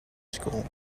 school